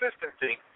consistency